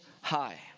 high